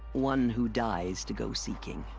one who dies to go seeking.